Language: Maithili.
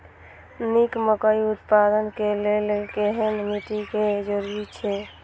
निक मकई उत्पादन के लेल केहेन मिट्टी के जरूरी छे?